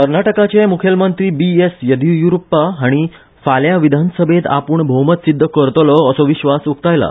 कर्नाटकाचे मूखेलमंत्री बिएस येडियूरप्पा हांणी फाल्यां विधानसभेंत आपूण भोवमत सिद्ध करतलों असो विस्वास उकतायला